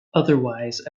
otherwise